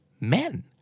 Men